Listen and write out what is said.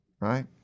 right